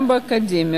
גם באקדמיה,